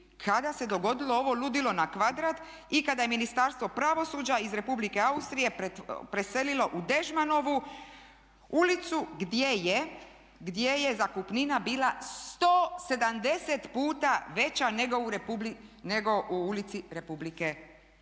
kada se dogodilo ovo ludilo na kvadrat i kada je Ministarstvo pravosuđa iz Republike Austrije preselilo u Dežmanovu ulicu gdje je zakupnina bila 170 puta veća nego u ulici Republike Austrije?